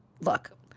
look